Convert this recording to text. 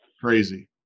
crazy